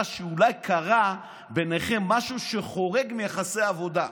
שאולי קרה ביניכם משהו שחורג מיחסי עבודה?